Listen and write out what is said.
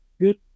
good